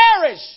perish